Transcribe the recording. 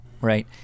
right